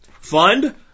Fund